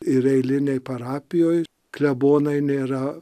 ir eilinėj parapijoj klebonai nėra